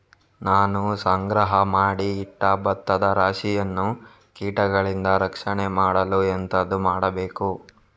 ನಾನು ಸಂಗ್ರಹ ಮಾಡಿ ಇಟ್ಟ ಭತ್ತದ ರಾಶಿಯನ್ನು ಕೀಟಗಳಿಂದ ರಕ್ಷಣೆ ಮಾಡಲು ಎಂತದು ಮಾಡಬೇಕು?